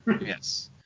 yes